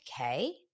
okay